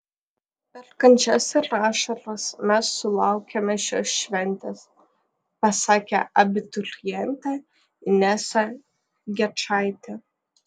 per kančias ir ašaras mes sulaukėme šios šventės pasakė abiturientė inesa gečaitė